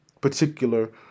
particular